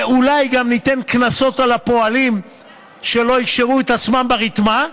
ואולי גם ניתן קנסות לפועלים שלא יקשרו את עצמם ברתמה,